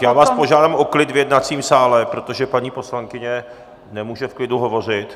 Já vás požádám o klid v jednacím sále, protože paní poslankyně nemůže v klidu hovořit.